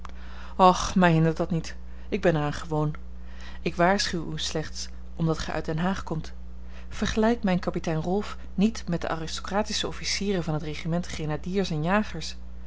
och mij hindert dat niet ik ben er aan gewoon ik waarschuw u slechts omdat gij uit den haag komt vergelijk mijn kapitein rolf niet met de aristocratische officieren van het regiment grenadiers en jagers